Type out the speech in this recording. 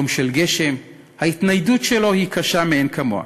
יום של גשם, ההתניידות שלו היא קשה מאין כמוה.